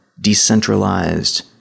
decentralized